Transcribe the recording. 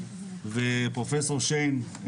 פרופסור שיין,